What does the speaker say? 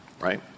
right